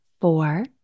Four